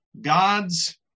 God's